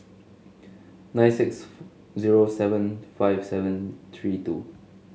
nine six zero seven five seven three two